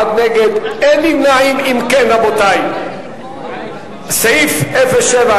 יוליה שמאלוב-ברקוביץ לסעיף 07,